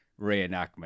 reenactment